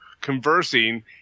conversing